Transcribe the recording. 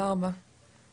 לא, אני לא יודעת להגיד.